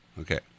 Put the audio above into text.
Okay